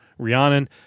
Rihanna